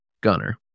Gunner